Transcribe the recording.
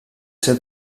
ser